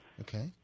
Okay